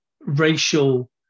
racial